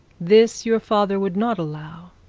this your father would not allow.